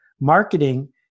Marketing